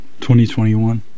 2021